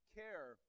care